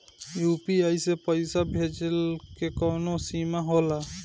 UPI से पईसा भेजल के कौनो सीमा होला?